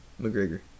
McGregor